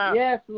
yes